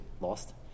lost